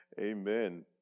Amen